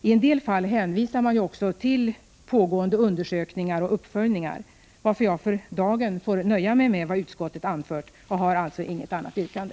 I en del fall hänvisar man ju också till pågående undersökningar och uppföljningar, varför jag för dagen får nöja mig med vad utskottet anfört. Jag har alltså inget annat yrkande.